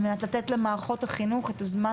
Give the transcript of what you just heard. על מנת לתת למערכות החינוך את הזמן